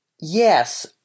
yes